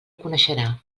coneixerà